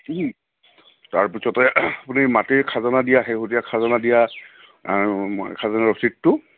তাৰপিছতে আপুনি মাটিৰ খাজনা দিয়া শেহতীয়া খাজনা দিয়া খাজনা ৰচিদটো